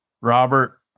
Robert